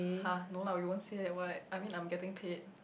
!huh! no lah we won't say that [what] I mean I am getting paid